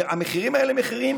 המחירים האלה מחירים